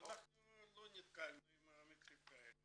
אנחנו לא נתקלנו במקרים כאלה.